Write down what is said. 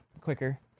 quicker